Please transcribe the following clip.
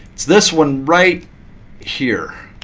it's this one right here.